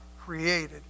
created